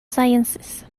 sciences